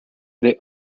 they